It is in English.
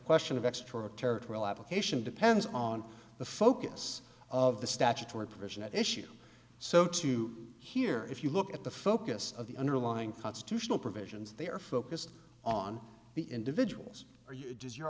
question of extraterritorial application depends on the focus of the statutory provision at issue so to here if you look at the focus of the underlying constitutional provisions they are focused on the individuals are you does your